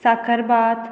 साखरबात